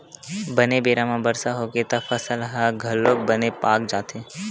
बने बेरा म बरसा होगे त फसल ह घलोक बने पाक जाथे